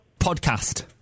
Podcast